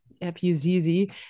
F-U-Z-Z